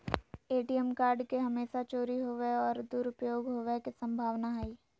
ATM card के हमेशा चोरी होवय और दुरुपयोग होवेय के संभावना हइ